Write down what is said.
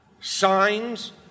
signs